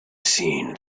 seen